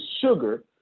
sugar